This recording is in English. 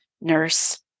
nurse